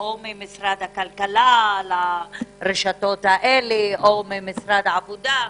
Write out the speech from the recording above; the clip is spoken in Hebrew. ממשרד הכלכלה לרשתות האלה, או ממשרד העבודה.